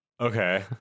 Okay